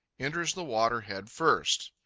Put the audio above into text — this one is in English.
enters the water head first.